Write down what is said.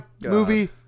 movie